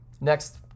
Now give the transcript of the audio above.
Next